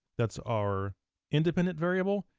that's our independent variable.